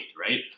right